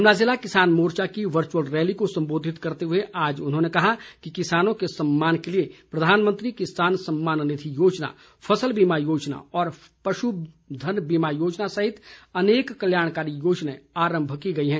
शिमला ज़िला किसान मोर्चा की वर्चुअल रैली को संबोधित करते हुए आज उन्होंने कहा कि किसानों के सम्मान के लिए प्रधानमंत्री किसान सम्मान निधि योजना फसल बीमा योजना और पशुधन बीमा योजना सहित अनेक कल्याणकारी योजनाएं आरंम की गई हैं